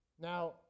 Now